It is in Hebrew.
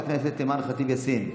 חברת הכנסת אימאן ח'טיב יאסין,